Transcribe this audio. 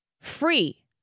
free